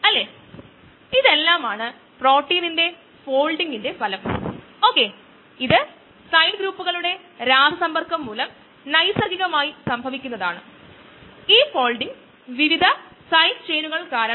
കോശങ്ങളെ സംരക്ഷിക്കാൻ കഴിയുന്ന തരത്തിൽ ധാരാളം ഷിയറുകളും മറ്റും ഉള്ള ഒരു ബയോ റിയാക്ടറിന്റെ കഠിനമായ അന്തരീക്ഷത്തെ മറികടക്കാൻ ഇത് സെല്ലുകളെ സഹായിക്കുന്നു